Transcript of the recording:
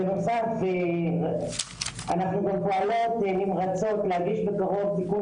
בנוסף אנחנו גם פועלות נמרצות להגיש בקרוב תיקון